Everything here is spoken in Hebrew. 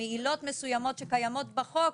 מעילות מסוימות שקיימות בחוק,